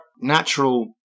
natural